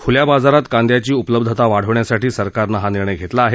खुल्या बाजारात कांदयाची उपलब्धता वाढवण्यासाठी सरकारनं हा निर्णय घेतला आहे